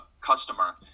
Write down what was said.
customer